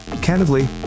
candidly